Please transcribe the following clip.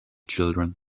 children